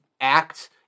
act